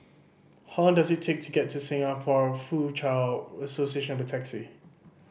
how long does it take to get to Singapore Foochow Association by taxi